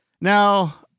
Now